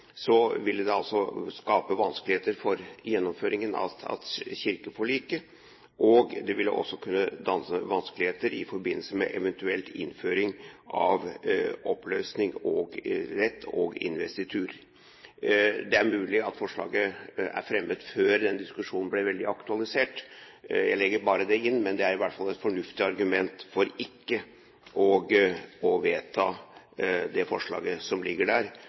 vil det skape vanskeligheter for gjennomføringen av kirkeforliket, og det ville også skape vanskeligheter i forbindelse med eventuelt innføring av oppløsningsrett og investitur. Det er mulig at forslaget er fremmet før den diskusjonen ble veldig aktualisert – jeg legger bare det inn – men det er i hvert fall et fornuftig argument for ikke å vedta det forslaget som ligger der,